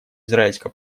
израильско